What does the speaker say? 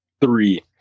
three